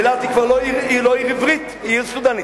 אילת היא כבר לא עיר עברית, היא עיר סודנית.